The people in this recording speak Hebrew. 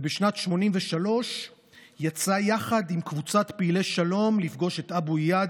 ובשנת 1983 יצא יחד עם קבוצת פעילי שלום לפגוש את אבו איאד,